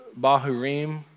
Bahurim